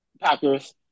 Packers